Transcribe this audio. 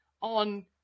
on